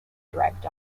dragged